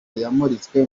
yamuritswe